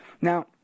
now